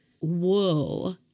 Whoa